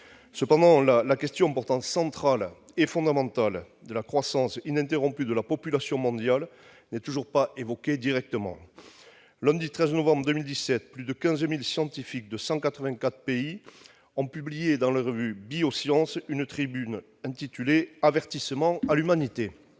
Cependant, la question pourtant centrale et fondamentale de la croissance ininterrompue de la population mondiale n'est toujours pas évoquée directement. Lundi 13 novembre 2017, plus de 15 000 scientifiques de 184 pays ont publié dans la revue une tribune intitulée « Avertissement à l'humanité ».